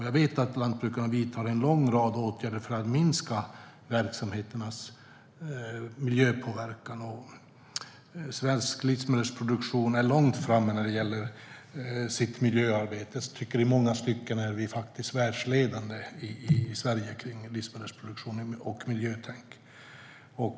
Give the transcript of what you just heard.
Jag vet att de vidtar en lång rad åtgärder för att minska verksamheternas miljöpåverkan. Svensk livsmedelsproduktion ligger långt framme när det gäller miljöarbete. I många stycken är vi i Sverige faktiskt världsledande när det gäller livsmedelsproduktion och miljötänk.